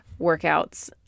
workouts